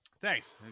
Thanks